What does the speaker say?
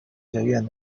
学院